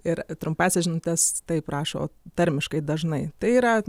ir trumpąsias žinutes taip rašo tarmiškai dažnai tai yra